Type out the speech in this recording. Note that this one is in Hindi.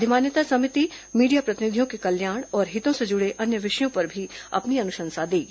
अधिमान्यता समिति मीडिया प्रतिनिधियों के कल्याण और हितों से जुड़े अन्य विषयों पर भी अपनी अनुशंसा देगी